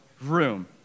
room